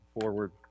forward